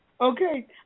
Okay